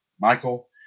Michael